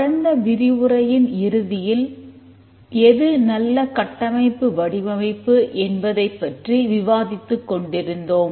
கடந்த விரிவுரையின் இறுதியில் எது நல்ல கட்டமைப்பு வடிவமைப்பு என்பதைப் பற்றி விவாதித்துக் கொண்டிருந்தோம்